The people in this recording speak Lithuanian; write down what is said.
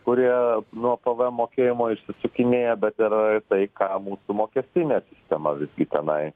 kurie nuo pvm mokėjimo išsisukinėja bet ir tai ką mūsų mokestinė sistema visgi tenai